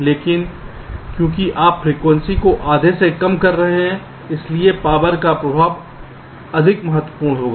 लेकिन क्योंकि आप फ्रीक्वेंसी को आधे से कम कर रहे हैं इसलिए पावर का प्रभाव अधिक महत्वपूर्ण होगा